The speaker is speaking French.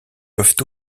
peuvent